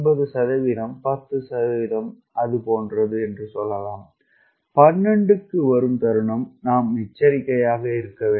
9 10 அது போன்றது 12 க்கு வரும் தருணம் எச்சரிக்கையாக இருக்கும்